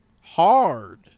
hard